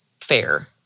fair